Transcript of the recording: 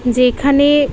যেখানে